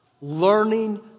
Learning